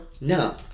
No